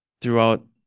throughout